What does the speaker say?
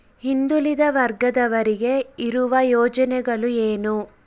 ಹಿಂದುಳಿದ ವರ್ಗದವರಿಗೆ ಇರುವ ಯೋಜನೆಗಳು ಏನು?